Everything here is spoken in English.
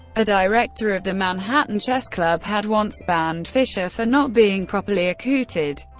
a director of the manhattan chess club had once banned fischer for not being properly accoutered,